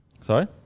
Sorry